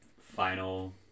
final